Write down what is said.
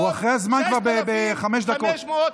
הוא אחרי הזמן בחמש דקות.